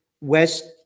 West